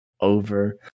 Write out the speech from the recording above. over